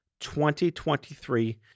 2023